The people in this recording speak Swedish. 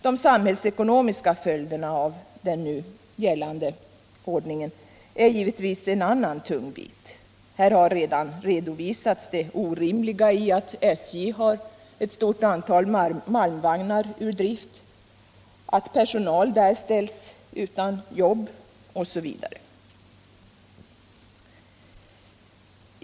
De samhällsekonomiska följderna av den nu gällande ordningen är givetvis en annan tung bit. Här har redan redovisats det orimliga i att SJ har ett stort antal malmvagnar ur drift, att personal där ställs utan jobb osv.